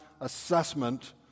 assessment